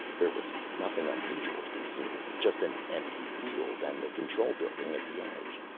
there was nothing unusual to be seen, just an empty field and the control building at the edge.